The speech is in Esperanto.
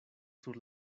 sur